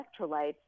electrolytes